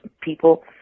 people